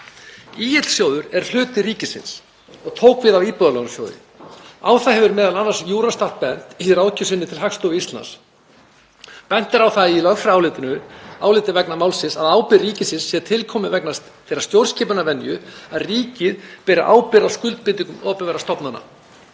ÍL-sjóður er hluti ríkisins og tók við af Íbúðalánasjóði. Á það hefur Eurostat m.a. bent, í ráðgjöf sinni til Hagstofu Íslands. Bent er á það í lögfræðiáliti vegna málsins að ábyrgð ríkisins sé til komin vegna þeirrar stjórnskipunarvenju að ríkið beri ábyrgð á skuldbindingum opinberra stofnana.